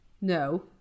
No